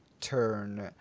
turn